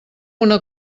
una